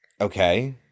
Okay